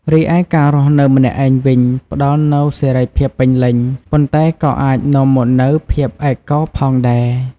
រីឯការរស់នៅម្នាក់ឯងវិញ ផ្ដល់នូវសេរីភាពពេញលេញ ប៉ុន្តែក៏អាចនាំមកនូវភាពឯកកោផងដែរ។